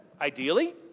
ideally